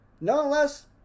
nonetheless